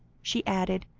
she added,